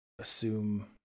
assume